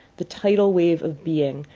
the tidal wave of being,